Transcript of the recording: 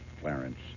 Clarence